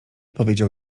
powiedział